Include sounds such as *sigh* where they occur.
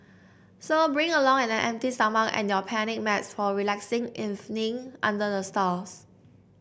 so bring along an *unintelligible* empty stomach and your picnic mats for a relaxing evening under the stars